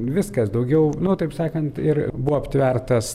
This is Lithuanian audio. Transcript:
viskas daugiau nu taip sakant ir buvo aptvertas